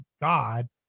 God